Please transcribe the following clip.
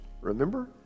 remember